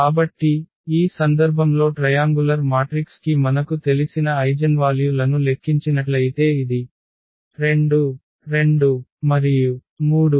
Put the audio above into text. కాబట్టి ఈ సందర్భంలో ట్రయాంగులర్ మాట్రిక్స్ కి మనకు తెలిసిన ఐగెన్వాల్యు లను లెక్కించినట్లయితే ఇది 2 2 3